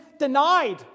denied